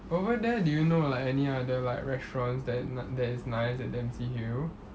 over there do you know like any other like restaurants that n~ that is nice at dempsey hill